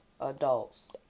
adults